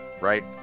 right